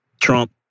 Trump